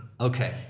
Okay